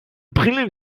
brille